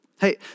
Hey